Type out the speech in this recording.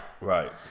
Right